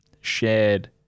shared